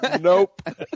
Nope